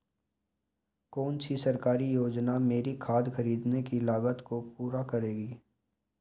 कौन सी सरकारी योजना मेरी खाद खरीदने की लागत को पूरा करेगी?